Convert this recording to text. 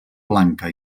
blanca